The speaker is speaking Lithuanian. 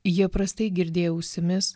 jie prastai girdėjo ausimis